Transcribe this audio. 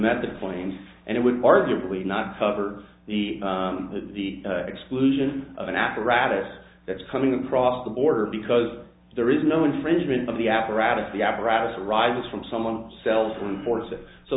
method of claims and it would arguably not covered the at the exclusion of an apparatus that's coming across the border because there is no infringement of the apparatus the apparatus arises from someone sells